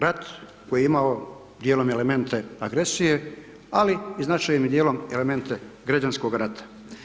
Rat koji je imao dijelom i elemente agresije ali i značajnim dijelom elemente građanskog rata.